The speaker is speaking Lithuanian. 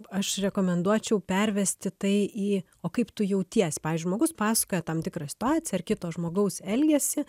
aš rekomenduočiau pervesti tai į o kaip tu jautiesi pavyzdžiui žmogus pasakoja tam tikrą situaciją ar kito žmogaus elgesį